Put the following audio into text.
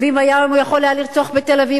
ואם הוא יכול היה לרצוח בתל-אביב,